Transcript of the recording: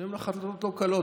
שהן החלטות לא קלות.